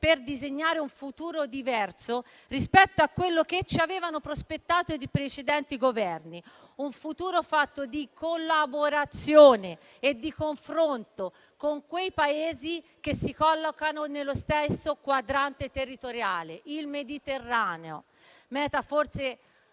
per disegnare un futuro diverso rispetto a quello che ci avevano prospettato i precedenti governi: un futuro fatto di collaborazione e di confronto con quei Paesi che si collocano nello stesso quadrante territoriale, il Mediterraneo, meta forse